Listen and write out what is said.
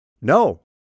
No